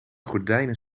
gordijnen